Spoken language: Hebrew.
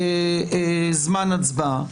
קובע זמן הצבעה.